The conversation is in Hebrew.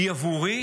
היא בעבורי